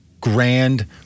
grand